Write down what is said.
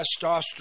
testosterone